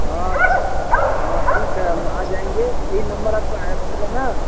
हाँ तो हाँ ठीक है हम आ जाएँगे यही नंबर आपका आए रहेगा ना